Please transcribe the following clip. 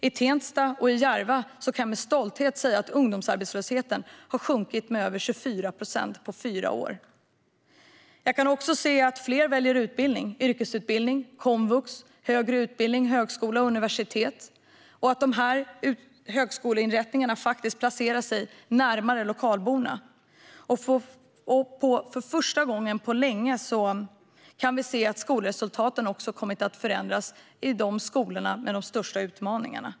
I Tensta och Järva kan jag med stolthet säga att ungdomsarbetslösheten har sjunkit med över 24 procent på fyra år. Jag kan också se att fler väljer utbildning - yrkesutbildning, komvux och högre utbildning på högskola och universitet - och att högskoleinrättningarna placerar sig närmare lokalborna. För första gången på länge har skolresultaten kommit att förändras i skolorna med de största utmaningarna.